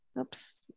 oops